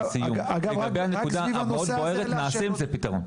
סביב הנקודה המאוד בוערת נעשה לזה פתרון,